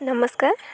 ନମସ୍କାର